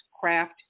craft